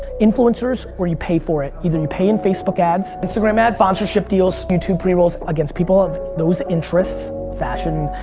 influencers or you pay for it. either you pay in facebook ads, instagram ads, sponsorship deals. youtube pre-rolls against people of those interests, interests, fashion,